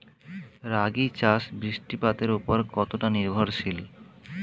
রাগী চাষ বৃষ্টিপাতের ওপর কতটা নির্ভরশীল?